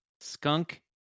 Skunk